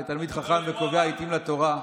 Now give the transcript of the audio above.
כתלמיד חכם וקובע עיתים לתורה.